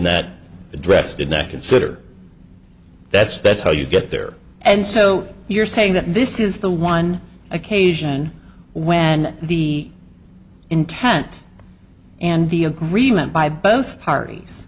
not address did not consider that's that's how you get there and so you're saying that this is the one occasion when the intent and the agreement by both parties